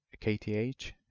KTH